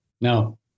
No